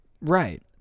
right